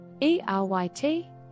ERYT –